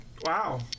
wow